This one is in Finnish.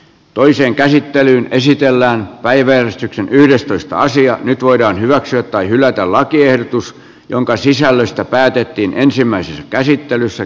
toisen käsittelyn esitellään päiväjärjestyksen yhdestoista sija nyt voidaan hyväksyä tai hylätä lakiehdotus jonka sisällöstä päätettiin ensimmäisessä käsittelyssä